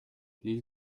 l’île